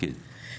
כן.